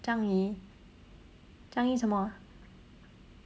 樟宜樟宜什么